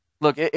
look